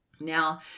Now